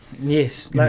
Yes